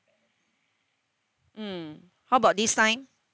mm how about this time